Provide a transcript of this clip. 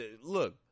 look